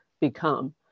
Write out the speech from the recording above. become